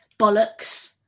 Bollocks